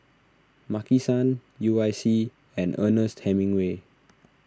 Maki San U I C and Ernest Hemingway